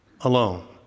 alone